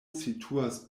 situas